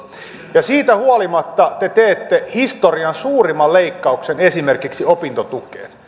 ja siitä huolimatta te teette historian suurimman leikkauksen esimerkiksi opintotukeen